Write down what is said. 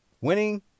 Winning